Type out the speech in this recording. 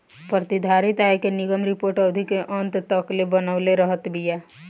प्रतिधारित आय के निगम रिपोर्ट अवधि के अंत तकले बनवले रहत बिया